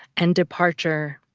and departure.